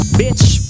bitch